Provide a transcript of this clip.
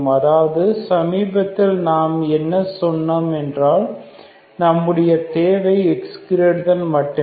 அதாவது சமீபத்தில் நாம் என்ன சொன்னோம் என்றால் நம்முடைய தேவை x0 மட்டுமே